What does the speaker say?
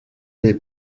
les